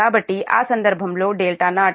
కాబట్టి ఆ సందర్భంలో δ0 మీ 11